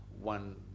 one